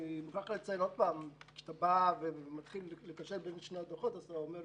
אני מוכרח לציין פעם נוספת שכשאתה מתחיל לקשר בין שני הדוחות ואתה שואל